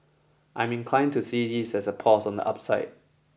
I'm inclined to see this as a pause on the upside